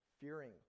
fearing